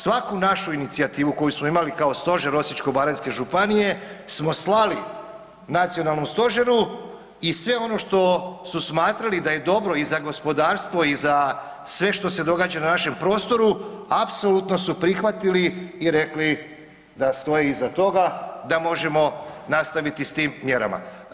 Svaku našu inicijativu koju smo imali kao stožer Osječko-baranjske županije smo slali nacionalnom stožeru i sve ono što su smatrali da je dobro i za gospodarstvo i za sve što se događa na našem prostoru apsolutno su prihvatili i rekli da stoje iza toga da možemo nastaviti s tim mjerama.